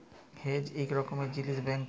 hedge ইক রকমের জিলিস ব্যাংকে ক্যরে